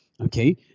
okay